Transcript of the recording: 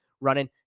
running